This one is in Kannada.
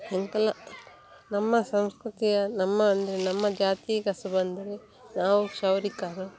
ಯಂಕಲ್ನ ನಮ್ಮ ಸಂಸ್ಕೃತಿಯ ನಮ್ಮ ಅಂದರೆ ನಮ್ಮ ಜಾತಿ ಕಸುಬಂದರೆ ನಾವು ಕ್ಷೌರಿಕರು